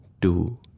two